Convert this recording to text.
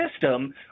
system